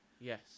yes